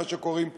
כמו שקוראים לה,